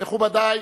מכובדי,